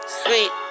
sweet